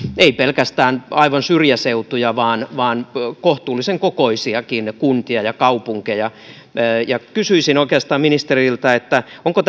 ei pelkästään aivan syrjäseutuja vaan vaan kohtuullisen kokoisiakin kuntia ja kaupunkeja kysyisin oikeastaan ministeriltä onko